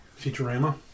Futurama